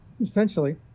Essentially